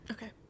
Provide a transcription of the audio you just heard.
Okay